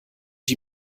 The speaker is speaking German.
die